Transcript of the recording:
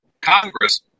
Congress